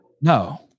No